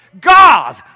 God